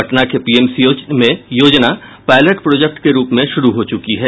पटना के पीएमसीएच में योजना पायलट प्रोजेक्ट के रूप में शुरू हो चुकी है